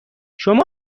شما